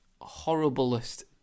horriblest